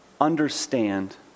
understand